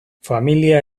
familia